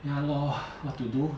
ya lor what to do